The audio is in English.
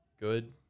good